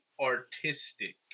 artistic